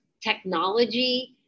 technology